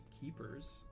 Keepers